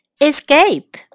escape